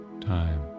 time